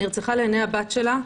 היא נרצחה לעיני הבת שלה.